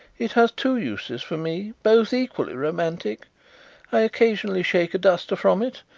it has two uses for me, both equally romantic i occasionally shake a duster from it,